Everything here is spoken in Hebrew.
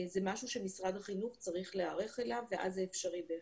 זה משהו שמשרד החינוך צריך להיערך אליו ואז זה אפשרי בהחלט.